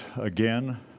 again